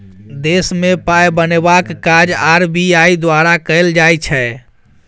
देशमे पाय बनेबाक काज आर.बी.आई द्वारा कएल जाइ छै